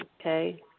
okay